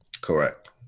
Correct